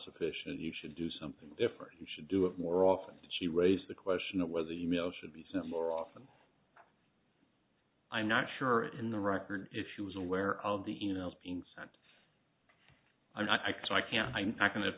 sufficient you should do something different you should do it more often and she raised the question of whether email should be sent more often i'm not sure in the record if you was aware of the emails being sent i can't i'm not going to